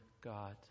God